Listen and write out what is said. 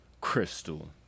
crystal